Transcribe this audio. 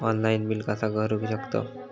Online bill कसा करु शकतव?